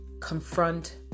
confront